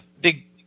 big